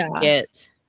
get